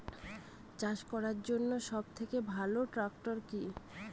চাষ করার জন্য সবথেকে ভালো ট্র্যাক্টর কি?